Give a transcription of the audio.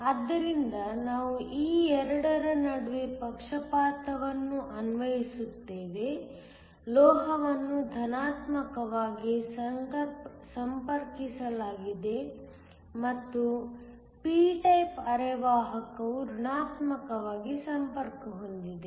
ಆದ್ದರಿಂದ ನಾವು ಈ 2 ರ ನಡುವೆ ಪಕ್ಷಪಾತವನ್ನು ಅನ್ವಯಿಸುತ್ತೇವೆ ಲೋಹವನ್ನು ಧನಾತ್ಮಕವಾಗಿ ಸಂಪರ್ಕಿಸಲಾಗಿದೆ ಮತ್ತು p ಟೈಪ್ ಅರೆವಾಹಕವು ಋಣಾತ್ಮಕವಾಗಿ ಸಂಪರ್ಕ ಹೊಂದಿದೆ